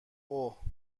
اوه